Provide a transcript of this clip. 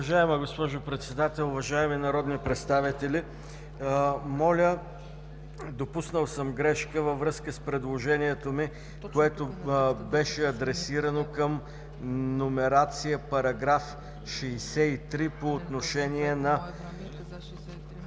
Уважаема госпожо Председател, уважаеми народни представители, допуснал съм грешка във връзка с предложението ми, което беше адресирано към номерация § 63 по отношение на